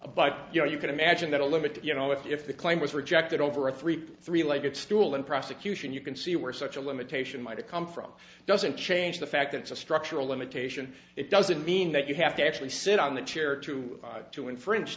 but you know you can imagine that a limit you know if the claim was rejected over a three three legged stool and prosecution you can see where such a limitation might have come from it doesn't change the fact that it's a structural limitation it doesn't mean that you have to actually sit on the chair to to infringe